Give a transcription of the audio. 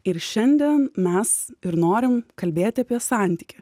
ir šiandien mes ir norim kalbėti apie santykį